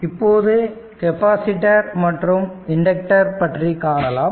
இப்போது கெப்பாசிட்டர் மற்றும் இண்டக்டர் பற்றி காணலாம்